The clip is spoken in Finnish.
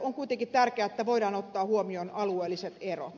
on kuitenkin tärkeää että voidaan ottaa huomioon alueelliset erot